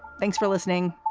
thanks for listening.